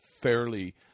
fairly –